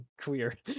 queer